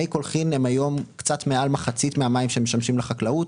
מי קולחין הם היום קצת מעל מחצית מהמים שמשמשים לחקלאות